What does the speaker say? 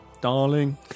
darling